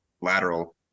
lateral